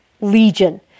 Legion